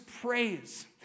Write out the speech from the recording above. praise